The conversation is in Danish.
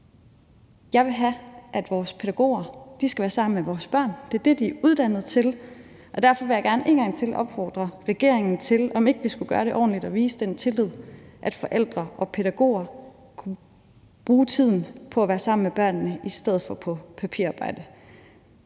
Jeg vil have, at vores pædagoger skal være sammen med vores børn. Det er det, de er uddannet til, og derfor vil jeg gerne en gang til opfordre regeringen til, om ikke vi skulle gøre det ordentligt og vise den tillid, at forældre og pædagoger kunne bruge tiden på at være sammen med børnene i stedet for på papirarbejde.